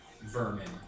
vermin